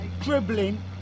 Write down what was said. dribbling